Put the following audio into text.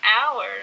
hours